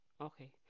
Okay